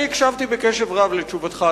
אני הקשבתי בקשב רב לתשובתך,